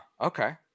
Okay